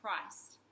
Christ